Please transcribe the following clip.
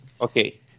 Okay